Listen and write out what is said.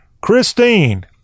Christine